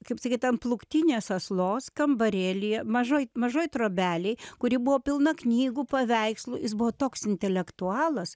kaip sakyt ant plūktinės aslos kambarėlyje mažoj mažoj trobelėj kuri buvo pilna knygų paveikslų jis buvo toks intelektualas